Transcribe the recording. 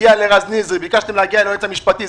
הגיע לרז נזרי ביקשתם להגיע ליועץ המשפטי,